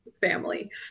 family